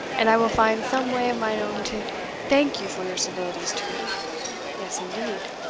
and i will find some way of mine own to thank you for your civilities to me yes, indeed.